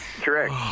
Correct